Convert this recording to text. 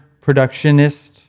productionist